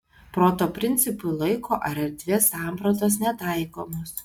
proto principui laiko ar erdvės sampratos netaikomos